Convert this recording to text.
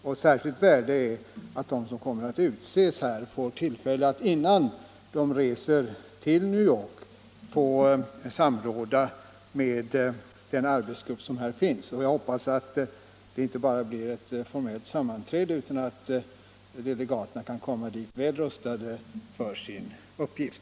Av särskilt värde är att de som kommer att utses får tillfälle att innan de reser till New York samråda med den arbetsgrupp som här finns. Jag hoppas att det inte bara blir ett formellt sammanträde, utan att delegaterna kan komma dit väl rustade för sin uppgift.